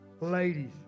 Ladies